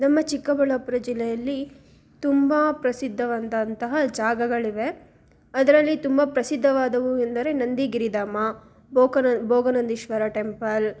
ನಮ್ಮ ಚಿಕ್ಕಬಳ್ಳಾಪುರ ಜಿಲ್ಲೆಯಲ್ಲಿ ತುಂಬ ಪ್ರಸಿದ್ಧವಾದಂತಹ ಜಾಗಗಳಿವೆ ಅದರಲ್ಲಿ ತುಂಬ ಪ್ರಸಿದ್ದವಾದವು ಎಂದರೆ ನಂದಿ ಗಿರಿಧಾಮ ಬೋಕನ ಭೋಗ ನಂದೀಶ್ವರ ಟೆಂಪಲ್